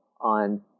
on